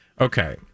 Okay